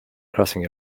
crossing